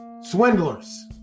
swindlers